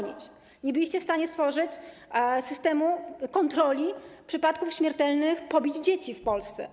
Nie byliście w stanie stworzyć systemu kontroli przypadków śmiertelnych pobić dzieci w Polsce.